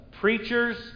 preachers